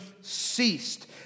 ceased